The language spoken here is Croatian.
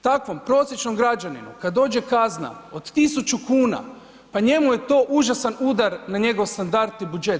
Takvom prosječnom građaninu kad dođe kazna od 1000 kuna pa njemu je to užasan udar na njegov standard i budžet.